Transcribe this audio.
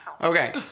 Okay